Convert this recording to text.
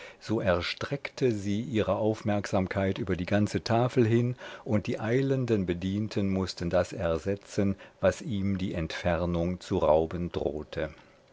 so erstreckte sie ihre aufmerksamkeit über die ganze tafel hin und die eilenden bedienten mußten das ersetzen was ihm die entfernung zu rauben drohte